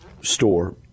store